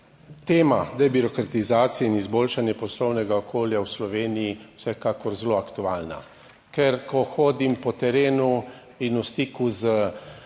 tema debirokratizacije in izboljšanje poslovnega okolja v Sloveniji vsekakor zelo aktualna, Ker ko hodim po terenu in v stiku z,